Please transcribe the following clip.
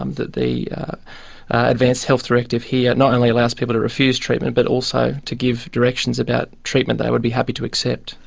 um that the advance health directive here not only allows people to refuse treatment but also to give directions about treatment they would be happy to accept.